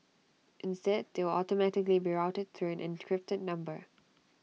instead they will automatically be routed through an encrypted number